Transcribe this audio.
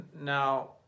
Now